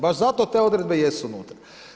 Baš zato te odredbe jesu unutra.